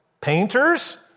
painters